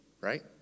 right